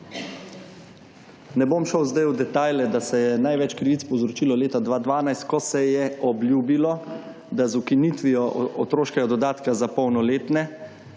Ne bom šel zdaj v detajle, da se je največ krivic povzročilo leta 2012, ko se je obljubilo, da z ukinitvijo otroškega dodatka za polnoletne